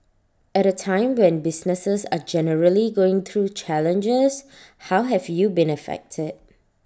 at A time when businesses are generally going through challenges how have you been affected